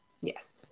Yes